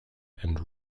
and